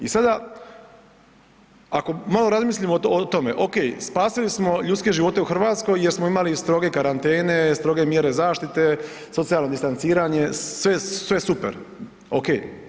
I sada ako malo razmislimo o tome, ok, spasili smo ljudske živote u Hrvatskoj jer smo imali stroge karantene, stroge mjere zaštiti, socijalno distanciranje, sve super, ok.